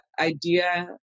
idea